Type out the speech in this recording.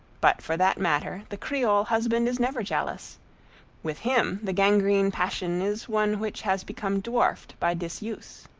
but for that matter, the creole husband is never jealous with him the gangrene passion is one which has become dwarfed by disuse.